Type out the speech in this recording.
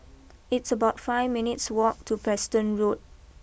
it's about five minutes walk to Preston Road